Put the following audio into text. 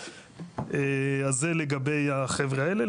אז זה לגבי החבר'ה האלה.